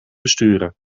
besturen